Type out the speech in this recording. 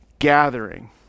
gathering